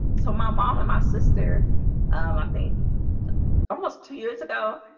so my mom and my sister um i think almost two years ago.